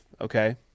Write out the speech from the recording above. Okay